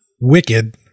wicked